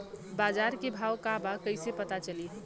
बाजार के भाव का बा कईसे पता चली?